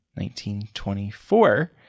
1924